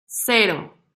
cero